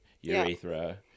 urethra